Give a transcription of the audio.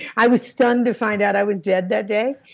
i was stunned to find out i was dead that day,